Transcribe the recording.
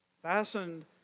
Fastened